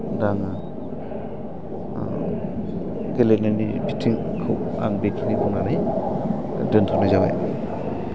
दाना गेलेनायनि बिथिंखौ आं बेखिनि बुंनानै दोनथ'नाय जाबाय